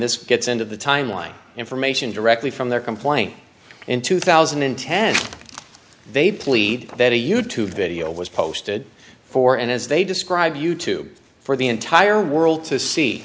this gets into the timeline information directly from their complaint in two thousand and ten they plead that a youtube video was posted for and as they describe you tube for the entire world to see